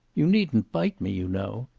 you needn't bite me, you know.